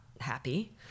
happy